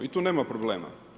I tu nema problema.